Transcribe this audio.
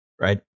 Right